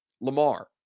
Lamar